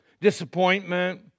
disappointment